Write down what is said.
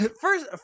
First